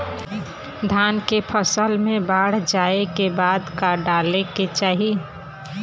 धान के फ़सल मे बाढ़ जाऐं के बाद का डाले के चाही?